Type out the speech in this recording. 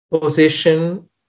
position